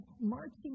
marching